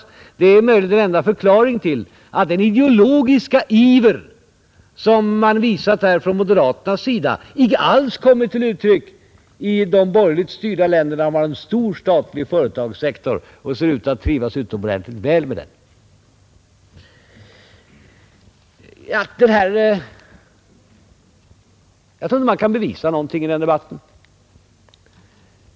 Det är möjligen den enda förklaringen till att den ideologiska iver som visats från den moderata sidan icke alls kommit till uttryck i de borgerligt styrda länder som har en stor statlig företagssektor och som ser ut att trivas utomordentligt väl med den. Jag tror inte att man kan bevisa någonting i den debatten.